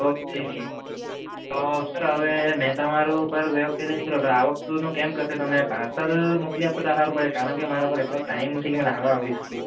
okay તો sir હવે છે ને મેં તમારું પર તો આ વખતેનું કેમ કરશો તમે પાર્સલ મોકલી આપશો તો સારું પડે કારણ કે મારા પર એટલો ટાઈમ નથી કે લેવા આવી શકું